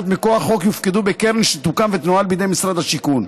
מכוח החוק יופקדו בקרן שתוקם ותנוהל בידי משרד השיכון.